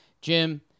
Jim